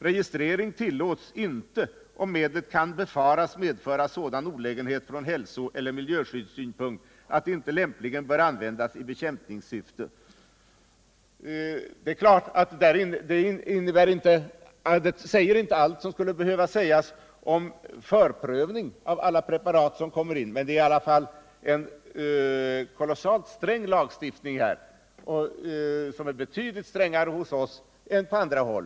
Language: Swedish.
Registrering tillåts inte om medlet kan befaras medföra sådan olägenhet från hälsoeller miljöskyddssynpunkt att det inte lämpligen bör användas i bekämpningssyfte —--.” Detta säger givetvis inte allt som behöver sägas om förprövning av alla preparat som kommer in, men det är i alla fall en kolossalt sträng lagstiftning. Den är betydligt strängare hos oss än på andra håll.